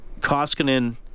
Koskinen